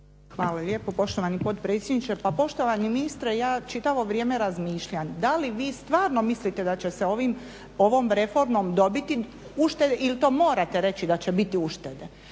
Hvala lijepa poštovani potpredsjedniče. Pa poštovani ministre, ja čitavo vrijeme razmišljam, da li vi stvarno mislite da će se ovom reformom dobiti ušteda ili to morate reći da će biti uštede.